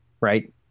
right